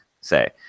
say